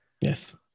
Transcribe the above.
Yes